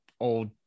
old